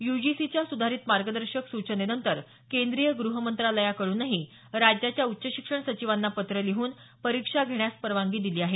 युजीसीच्या सुधारीत मार्गदर्शक सूचनेनंतर केंद्रीय गृह मंत्रालयाकडूनही राज्यांच्या उच्च शिक्षण सचिवांना पत्र लिहून परीक्षा घेण्यास परवानगी दिली आहे